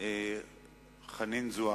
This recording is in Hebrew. חנין זועבי.